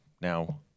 now